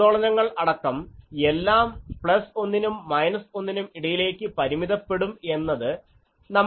ആന്ദോളനങ്ങൾ അടക്കം എല്ലാം പ്ലസ് ഒന്നിനും മൈനസ് ഒന്നിനും ഇടയിലേക്ക് പരിമിതപ്പെടും എന്നത് നമ്മൾ കാണും